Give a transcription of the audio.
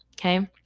Okay